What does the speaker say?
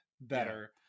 better